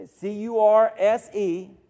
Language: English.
C-U-R-S-E